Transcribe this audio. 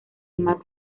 max